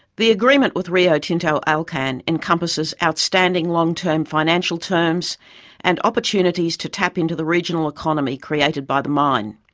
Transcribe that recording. the agreement with rio tinto alcan encompasses outstanding long term financial terms and opportunities to tap in to the regional economy created by the mine.